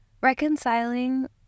reconciling